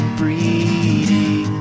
breeding